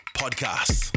podcast